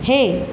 हे